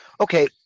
Okay